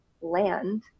land